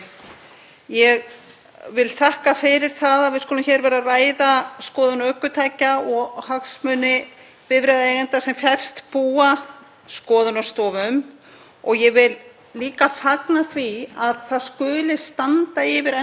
skoðunarstofum. Ég vil líka fagna því að það skuli standa yfir endurskoðun á skoðunarhandbók hjá Samgöngustofu og leggja áherslu á að í þeirri endurskoðun verði farið